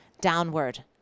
Downward